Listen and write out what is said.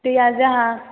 दैया जोंहा